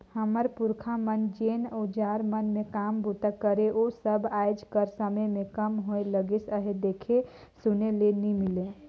हमर पुरखा मन जेन अउजार मन मे काम बूता करे ओ सब आएज कर समे मे कम होए लगिस अहे, देखे सुने ले नी मिले